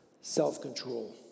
self-control